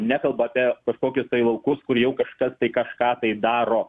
nekalba apie kažkokius tai laukus kur jau kažkas tai kažką tai daro